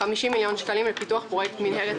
50 מיליון שקלים לפיתוח פרויקט מינהלת